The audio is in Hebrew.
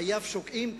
חייו שוקעים,